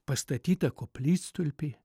pastatytą koplytstulpį